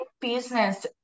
business